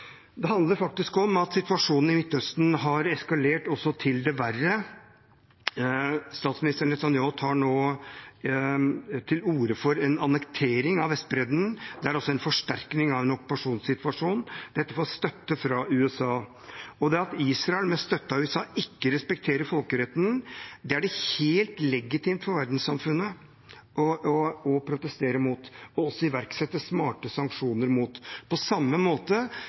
Det handler faktisk om at situasjonen i Midtøsten har eskalert til det verre. Statsminister Netanyahu tar nå til orde for en annektering av Vestbredden. Det er altså en forsterking av en okkupasjonssituasjon. Dette får støtte fra USA. Det at Israel, med støtte fra USA, ikke respekterer folkeretten, er det helt legitimt for verdenssamfunnet å protestere mot og også iverksette smarte sanksjoner mot, på samme måte